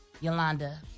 Yolanda